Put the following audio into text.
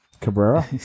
Cabrera